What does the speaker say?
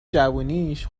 جوونیش